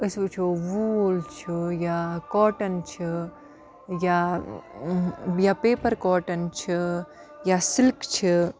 أسۍ وٕچھو ووٗل چھُ یا کاٹَن چھُ یا پیپَر کاٹَن چھِ یا سِلک چھِ